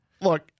Look